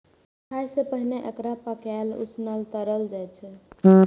खाय सं पहिने एकरा पकाएल, उसनल, तरल जाइ छै